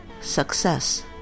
success